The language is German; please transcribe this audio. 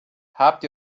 habt